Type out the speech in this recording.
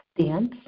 dance